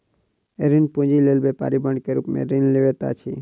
ऋण पूंजी लेल व्यापारी बांड के रूप में ऋण लैत अछि